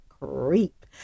Creep